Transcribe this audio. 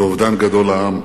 ואובדן גדול לעם.